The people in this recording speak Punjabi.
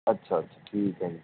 ਅੱਛਾ ਅੱਛਾ ਠੀਕ ਹੈ ਜੀ